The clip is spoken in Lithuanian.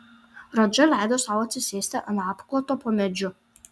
radža leido sau atsisėsti ant apkloto po medžiu